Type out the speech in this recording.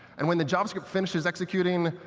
and when the javascript finishes executing,